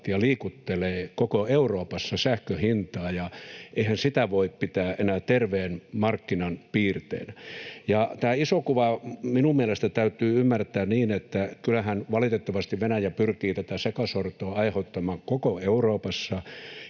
liikuttelevat koko Euroopassa sähkön hintaa, ja eihän sitä voi pitää enää terveen markkinan piirteenä. Tämä iso kuva minun mielestäni täytyy ymmärtää niin, että kyllähän valitettavasti Venäjä pyrkii tätä sekasortoa aiheuttamaan koko Euroopassa,